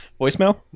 Voicemail